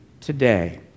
today